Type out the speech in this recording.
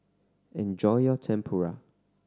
enjoy your Tempura